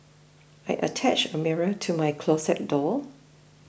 I attached a mirror to my closet door